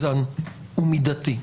מאוזן ומידתי.